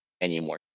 anymore